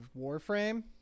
Warframe